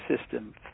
system